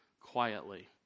quietly